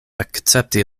akcepti